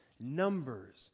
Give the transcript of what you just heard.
Numbers